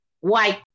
white